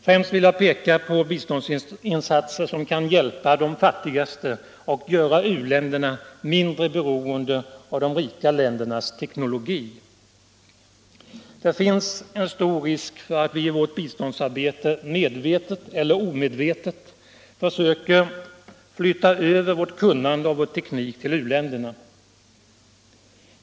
Främst vill jag peka på biståndsinsatser som kan hjälpa de fattigaste och göra u-länderna mindre beroende av de rika ländernas teknologi. Det finns en stor risk för att vi i vårt biståndsarbete medvetet eller omedvetet försöker flytta över vårt kunnande och vår teknik till u-länderna.